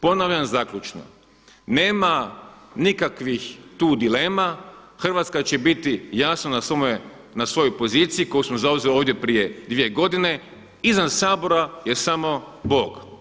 Ponavljam zaključno, nema nikakvih tu dilema, Hrvatska će biti jasna na svojoj poziciji koju smo zauzeli ovdje prije 2 godine, izvan Sabora je samo Bog.